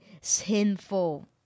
sinful